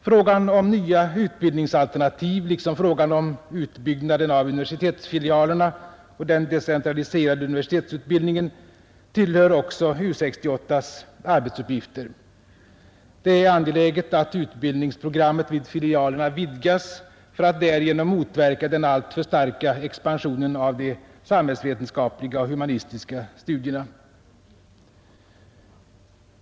Frågan om nya utbildningsalternativ liksom frågan om utbyggnaden av universitetsfilialerna och den decentraliserade universitetsutbildningen tillhör också U 68:s arbetsuppgifter. Det är angeläget att utbildningsprogrammet vid filialerna vidgas för att därigenom motverka den alltför starka expansionen av de samhällsvetenskapliga och humanistiska studierna.